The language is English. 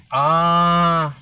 ah